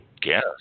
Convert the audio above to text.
guess